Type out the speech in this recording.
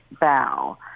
bow